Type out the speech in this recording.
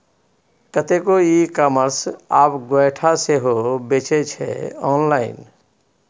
कतेको e commerce आब गोयठा सेहो बेचै छै आँनलाइन